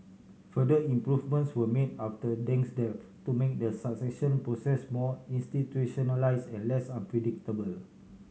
further improvements were made after Deng's death to make the succession process more institutionalise and less unpredictable